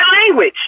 language